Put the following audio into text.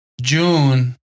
June